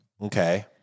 Okay